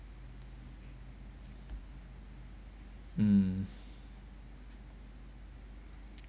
um